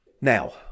Now